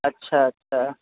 اچھا اچھا